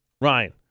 Ryan